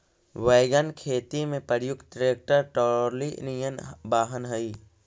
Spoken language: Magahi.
वैगन खेती में प्रयुक्त ट्रैक्टर ट्रॉली निअन वाहन हई